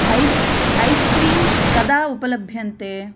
ice ice cream कदा उपलभ्यन्ते